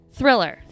Thriller